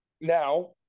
now